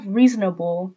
reasonable